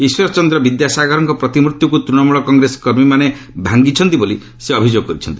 ଈଶ୍ୱରଚନ୍ଦ୍ର ବିଦ୍ୟାସାଗରଙ୍କ ପ୍ରତିମୂର୍ଭିକୁ ତୃଶମୂଳ କଂଗ୍ରେସ କର୍ମୀମାନେ ଭାଙ୍ଗିଛନ୍ତି ବୋଲି ସେ ଅଭିଯୋଗ କରିଛନ୍ତି